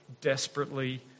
desperately